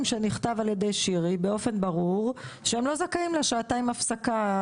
שנכתב על ידי שירי באופן ברור שהם לא זכאים לשעתיים הפסקה,